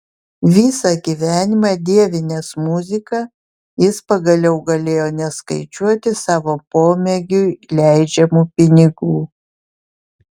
visą gyvenimą dievinęs muziką jis pagaliau galėjo neskaičiuoti savo pomėgiui leidžiamų pinigų